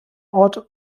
ort